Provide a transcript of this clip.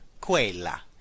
Quella